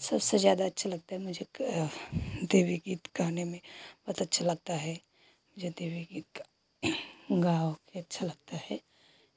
सबसे ज़्यादा अच्छा लगता है मुझे क्या देवी गीत गाने में बहुत अच्छा लगता है मुझे देवी गीत गा गाओ भी अच्छा लगता है